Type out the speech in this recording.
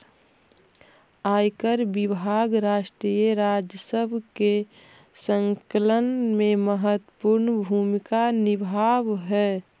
आयकर विभाग राष्ट्रीय राजस्व के संकलन में महत्वपूर्ण भूमिका निभावऽ हई